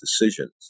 decisions